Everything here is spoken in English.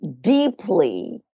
deeply